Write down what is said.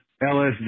LSD